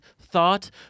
thought